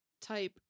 type